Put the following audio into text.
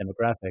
demographic